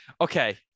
Okay